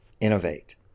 innovate